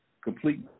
Complete